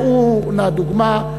ראו נא דוגמה,